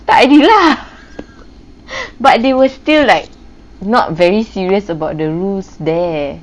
start already lah but they were still like not very serious about the rules there